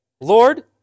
Lord